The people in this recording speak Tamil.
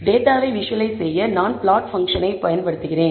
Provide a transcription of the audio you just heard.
எனவே டேட்டாவைக் விஷுவலைஸ் செய்ய நான் பிளாட் பங்க்ஷனை பயன்படுத்துகிறேன்